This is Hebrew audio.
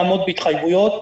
לעמוד בהתחייבות,